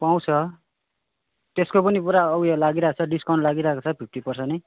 पाउँछ त्यसको पनि पुरा उयो लागिरहेछ डिसकाउन्ट लागिरहेको छ फिफ्टी पर्सेन्ट नै